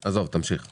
מי עומד בתור בקיוסקים